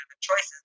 choices